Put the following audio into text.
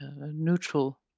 neutral